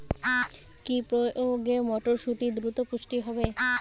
কি প্রয়োগে মটরসুটি দ্রুত পুষ্ট হবে?